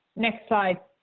next slide.